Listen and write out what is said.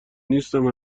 نیستم